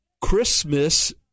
Christmas